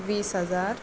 वीस हजार